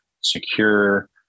secure